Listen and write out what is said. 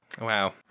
Wow